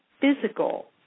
physical